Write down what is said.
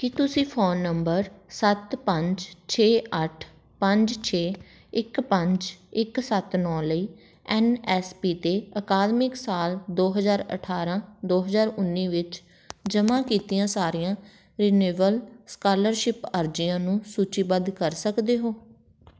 ਕੀ ਤੁਸੀਂ phone number ਸੱਤ ਪੰਜ ਛੇ ਅੱਠ ਪੰਜ ਛੇ ਇੱਕ ਪੰਜ ਇੱਕ ਸੱਤ ਨੌ ਲਈ ਐਨ ਐਸ ਪੀ 'ਤੇ ਅਕਾਦਮਿਕ ਸਾਲ ਦੋ ਹਜ਼ਾਰ ਅਠਾਰਾਂ ਦੋ ਹਜ਼ਾਰ ਉੱਨੀ ਵਿੱਚ ਜਮ੍ਹਾਂ ਕੀਤੀਆਂ ਸਾਰੀਆਂ ਰਿਨੇਵਲ ਸਕਾਲਰਸ਼ਿਪ ਅਰਜ਼ੀਆਂ ਨੂੰ ਸੂਚੀਬੱਧ ਕਰ ਸਕਦੇ ਹੋ